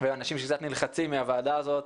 יש אנשים שקצת נלחצים מהוועדה הזאת.